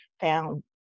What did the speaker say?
found